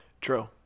true